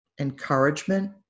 encouragement